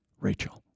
Rachel